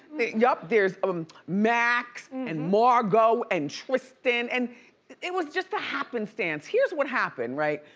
yup. there's um max and margo and tristan, and it was just a happenstance. here's what happened, right?